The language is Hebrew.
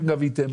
גביתם.